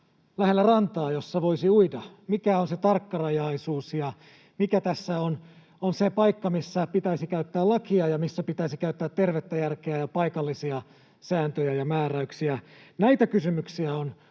lähellä rantaa, jossa voisi uida? Mikä on se tarkkarajaisuus ja mikä tässä on se paikka, missä pitäisi käyttää lakia ja missä pitäisi käyttää tervettä järkeä ja paikallisia sääntöjä ja määräyksiä? Näitä kysymyksiä on